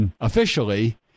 officially